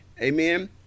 Amen